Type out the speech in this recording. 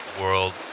world